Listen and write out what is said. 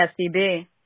SDB